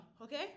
okay